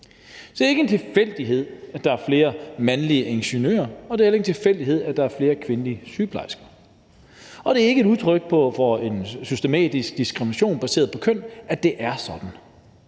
Det er ikke en tilfældighed, at der er flere mandlige ingeniører, og det er heller ikke en tilfældighed, at der er flere kvindelige sygeplejersker. Det er ikke et udtryk for en systematisk diskrimination baseret på køn, at det er sådan.